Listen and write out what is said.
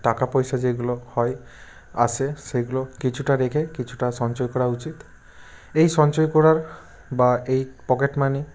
টাকা পয়সা যেইগুলো হয় আসে সেইগুলো কিছুটা রেখে কিছুটা সঞ্চয় করা উচিত এই সঞ্চয় করার বা এই পকেট মানি